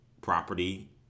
property